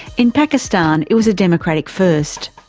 in pakistan it was a democratic first.